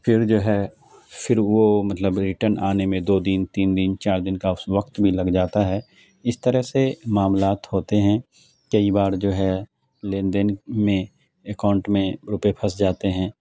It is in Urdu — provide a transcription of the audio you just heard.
پھر جو ہے پھر وہ مطلب ریٹرن آنے میں دو دن تین دن چار دن کا وقت بھی لگ جاتا ہے اس طرح سے معاملات ہوتے ہیں کئی بار جو ہے لین دین میں اکاؤنٹ میں روپے پھنس جاتے ہیں